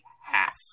half